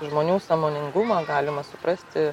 žmonių sąmoningumą galima suprasti